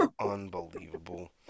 Unbelievable